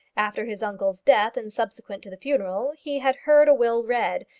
after his uncle's death and subsequent to the funeral, he had heard a will read,